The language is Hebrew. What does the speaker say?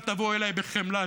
אל תבואו אליי בחמלה.